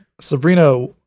Sabrina